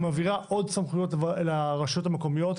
מעבירה עוד סמכויות לרשויות המקומיות,